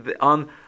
on